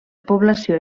població